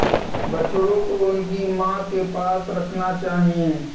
बछड़ों को उनकी मां के पास रखना चाहिए